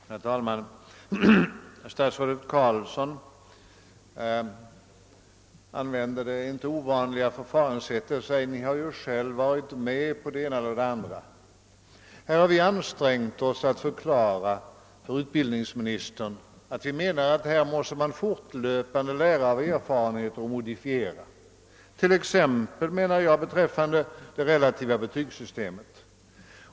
Herr talman! Statsrådet Carlsson använde det inte ovanliga förfaringssättet att säga: »Ni har ju själva varit med om det och det.» — Här har vi ansträngt oss att förklara för utbildningsministern att vi menar att man fortlöpande måste lära av erfarenheterna och modifiera t.ex. det relativa betygssystemet.